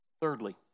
Thirdly